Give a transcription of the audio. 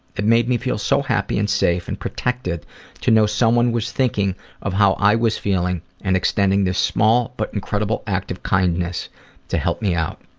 it made me feel so happy and safe, and protected to know someone was thinking of how i was feeling and extending this small but incredible act of kindness to help me out.